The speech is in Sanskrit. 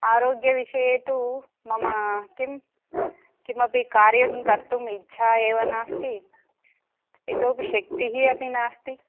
आरोग्यविषये तु मम किं किमपि कार्यं कर्तुम् इच्छा एव नास्ति इतोपि शक्तिः अपि नास्ति